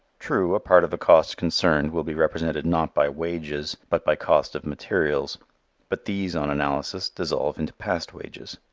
true, a part of the cost concerned will be represented not by wages, but by cost of materials but these, on analysis, dissolve into past wages.